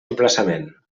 emplaçament